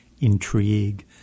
intrigue